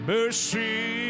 Mercy